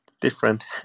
different